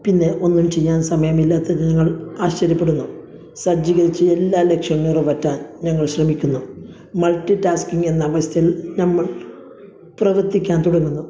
പിന്നെ ഒന്നും ചെയ്യാൻ സമയമില്ലാത്ത ദിനങ്ങൾ ആശ്ചര്യപ്പെടുന്നു സജ്ജീകരിച്ച് എല്ലാ ലക്ഷ്യം നിറവേറ്റാൻ നിങ്ങൾ ശ്രമിക്കുന്നു മൾട്ടിടാസ്ക്കിങ് എന്ന അവസ്ഥയിൽ നമ്മൾ പ്രവർത്തിക്കാൻ തുടങ്ങുന്നു